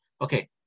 okay